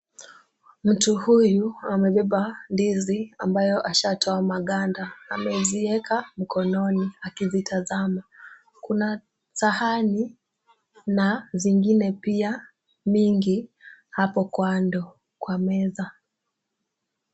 Mtu huyu amebeba ndizi ambayo ashatoa maganda. Ameweka mkononi akizitazama. Kuna sahani na zingine pia mingi hapo kando ya meza.